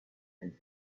and